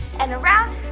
and around,